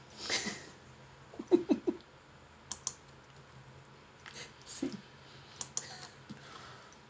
see